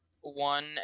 one